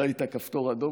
ראית כפתור אדום,